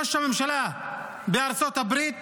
ראש הממשלה בארצות הברית,